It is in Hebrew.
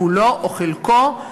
כולו או חלקו,